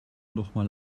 nochmal